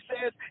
says